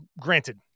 granted